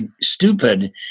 stupid